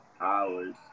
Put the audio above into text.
hours